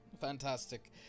Fantastic